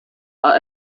are